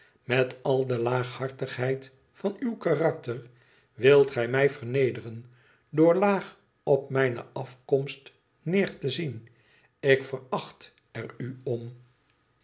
met al de laaghartigheid van uw karakter wilt gij mij vernederen door laag op mijne afkomst neer te zien ik veracht er u om